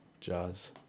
jazz